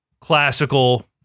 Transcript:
classical